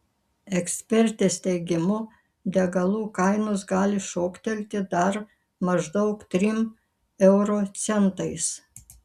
ekspertės teigimu degalų kainos gali šoktelti dar maždaug trim euro centais